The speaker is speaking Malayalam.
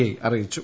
ഐ അറിയിച്ചു